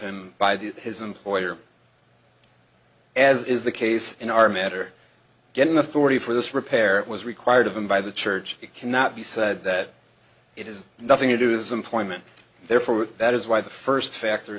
him by the his employer as is the case in our matter getting authority for this repair it was required of them by the church it cannot be said that it has nothing to do his employment therefore that is why the first fact